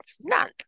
none